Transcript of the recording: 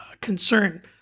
concern